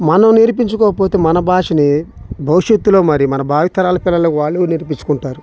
మనం నేర్పించుకోకపోతే మన భాషని భవిష్యత్తులో మరి మన భావితరాల పిల్లలకి వాళ్ళు ఎవరు నేర్పించుకుంటారు